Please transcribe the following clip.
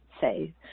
say